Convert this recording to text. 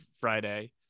Friday